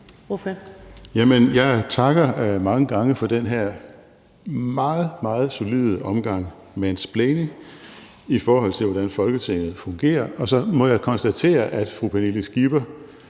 Jamen jeg takker mange gange for den her meget, meget solide omgang mansplaining, i forhold til hvordan Folketinget fungerer. Og så må jeg konstatere, at fru Pernille Skipper